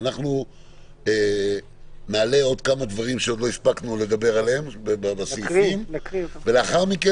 אנחנו נעלה עוד כמה דברים שלא הספקנו לדבר עליהם ולאחר מכן